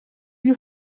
you